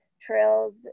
trails